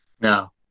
no